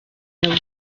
nabwo